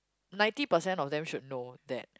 ninety percent of them should know that